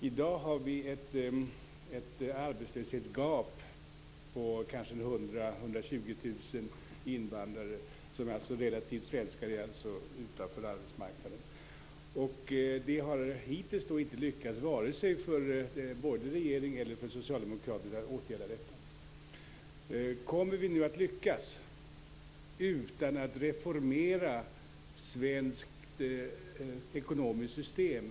I dag har vi ett arbetslöshetsgap på 100 000 till 120 000 invandrare om vi jämför med svenskarna. De är utanför arbetsmarknaden. Det har hittills inte lyckats vare sig för borgerliga eller socialdemokratiska regeringar att åtgärda detta. Kommer vi att lyckas utan att reformera svenskt ekonomiskt system?